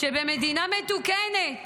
שבמדינה מתוקנת